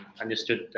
understood